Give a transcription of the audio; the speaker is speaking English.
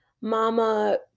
Mama